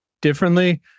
differently